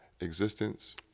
Existence